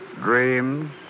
Dreams